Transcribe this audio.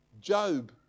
Job